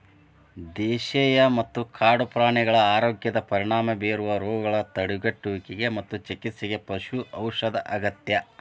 ದೇಶೇಯ ಮತ್ತ ಕಾಡು ಪ್ರಾಣಿಗಳ ಆರೋಗ್ಯದ ಪರಿಣಾಮ ಬೇರುವ ರೋಗಗಳ ತಡೆಗಟ್ಟುವಿಗೆ ಮತ್ತು ಚಿಕಿತ್ಸೆಗೆ ಪಶು ಔಷಧ ಅಗತ್ಯ